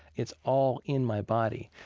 it's all in my body.